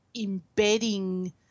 embedding